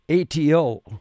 ATO